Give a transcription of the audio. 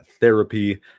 Therapy